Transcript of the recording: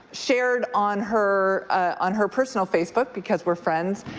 shared on her on her personal facebook, because we're friends,